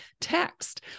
text